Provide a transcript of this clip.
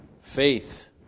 Faith